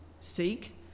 Seek